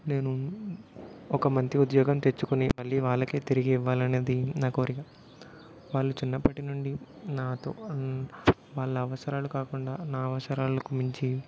నేను ఒక మంచి ఉద్యోగం తెచ్చుకుని మళ్ళీ వాళ్ళకి తిరిగి ఇవ్వాలనేది నా కోరిక వాళ్ళు చిన్నప్పటినుండి నాతో వాళ్ళ అవసరాలు కాకుండా నా అవసరాలకు మించి